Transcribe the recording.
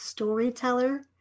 Storyteller